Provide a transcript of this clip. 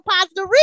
positive